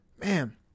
Man